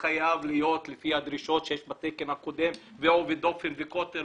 חייב להיות לפי הדרישות שיש בתקן הקודם עובי דופן וקוטר